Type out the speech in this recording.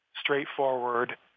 straightforward